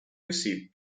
received